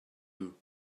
deux